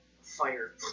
fire